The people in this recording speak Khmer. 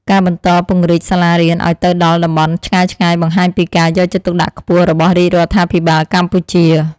ការបន្តពង្រីកសាលារៀនឱ្យទៅដល់តំបន់ឆ្ងាយៗបង្ហាញពីការយកចិត្តទុកដាក់ខ្ពស់របស់រាជរដ្ឋាភិបាលកម្ពុជា។